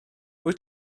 wyt